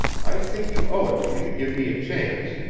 i think you owe it to me to give me a chance.